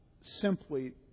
simply